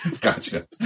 gotcha